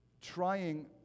trying